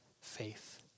faith